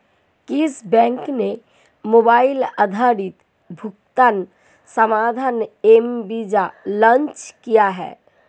किस बैंक ने मोबाइल आधारित भुगतान समाधान एम वीज़ा लॉन्च किया है?